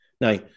Now